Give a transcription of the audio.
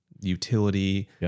utility